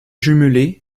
jumelée